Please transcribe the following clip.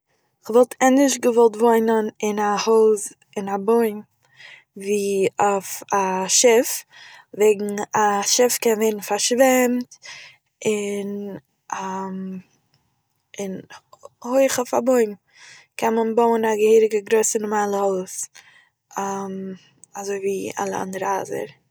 כ'וואלט ענדערש געוואלט וואוינען אין א הויז אין א בוים ווי אויף א שיף, וועגן א שיף קען ווערן פארשוועמט, און און הויך אויף א בוים קען מען בויען א געהעריגע נארמאלע גרויסע הויז אזויווי אלע אנדערע הייזער